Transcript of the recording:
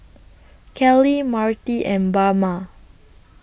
Kellie Marty and Bama